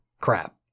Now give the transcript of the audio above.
crap